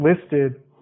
listed